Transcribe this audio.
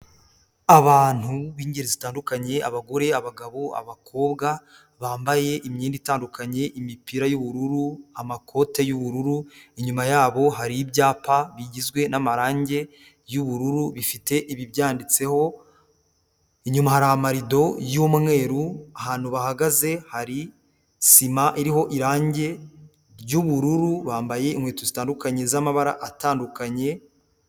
Abantu biningeri zitandukanye abagore, abagabo, abakobwa bambaye imyenda itandukanye, imipira y'ubururu, amakote y'ubururu, inyuma yabo hari ibyapa bigizwe n'amarange y'ubururu bifite ibi byanditseho, inyuma hari amarido y'umweru, ahantu bahagaze hari sima iriho irange ry'ubururu, bambaye inkweto zitandukanye z'amabara atandukanye.